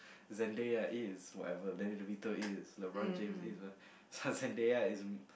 Zendaya it is whatever then Devito it is then LeBron-James it is what so Zendaya it is